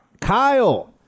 Kyle